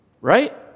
Right